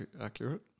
accurate